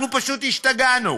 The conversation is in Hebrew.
אנחנו פשוט השתגענו.